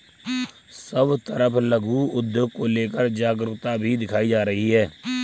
सब तरफ लघु उद्योग को लेकर जागरूकता भी दिखाई जा रही है